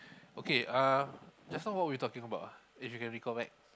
okay uh just now what we were talking about ah if you can recall back